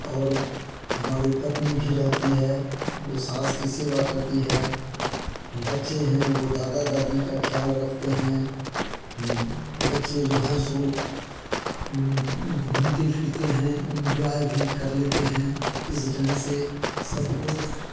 और हमारी पत्नी भी रहती है वो सास की सेवा करती है बच्चे हैं वे दादा दादी का ख़्याल रखते हैं बच्चे जो हैं सो घूमते फिरते हैं इंजॉय भी कर लेते हैं इस ढंग से सब कोई